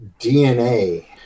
DNA